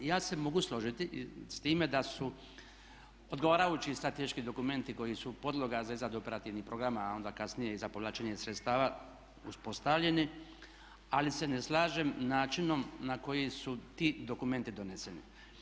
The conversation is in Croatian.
I ja se mogu složiti s time da su odgovarajući strateški dokumenti koji su podloga za izradu operativnih programa, a onda kasnije i za povlačenje sredstava uspostavljeni, ali se ne slažem načinom na koji su ti dokumenti doneseni.